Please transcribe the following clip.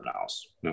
else